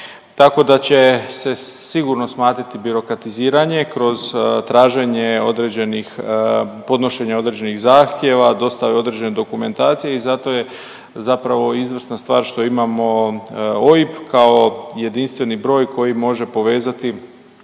tako da će se sigurno smanjiti birokratiziranje kroz traženje određenih, podnošenja određenih zahtjeva, dostave određene dokumentacije i zato je zapravo izvrsna stvar što imamo OIB kao jedinstveni broj koji može povezati